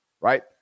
right